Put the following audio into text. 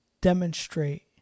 demonstrate